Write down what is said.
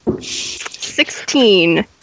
Sixteen